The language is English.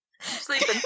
Sleeping